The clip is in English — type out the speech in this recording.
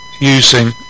using